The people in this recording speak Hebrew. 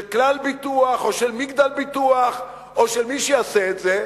של "כלל ביטוח" או של "מגדל ביטוח" או של מי שיעשה את זה,